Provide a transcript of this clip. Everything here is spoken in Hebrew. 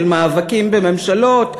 של מאבקים בממשלות,